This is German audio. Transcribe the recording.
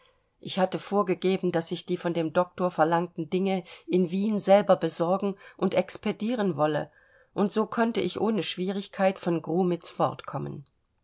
ich hatte vorgegeben daß ich die von dem doktor verlangten dinge in wien selber besorgen und expedieren wolle und so konnte ich ohne schwierigkeit von